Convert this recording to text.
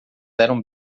eram